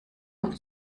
und